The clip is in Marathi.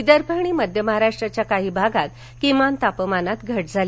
विदर्भ आणि मध्य महाराष्ट्राच्या काही भागात किमान तापमानात घट झाली